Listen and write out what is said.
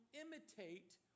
imitate